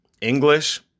English